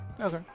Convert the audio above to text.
Okay